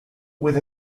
with